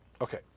Okay